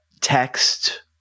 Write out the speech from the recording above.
text